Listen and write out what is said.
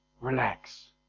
relax